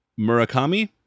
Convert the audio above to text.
Murakami